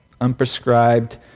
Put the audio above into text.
unprescribed